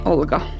Olga